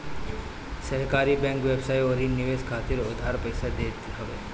सहकारी बैंक व्यवसाय अउरी निवेश खातिर उधार पईसा देत हवे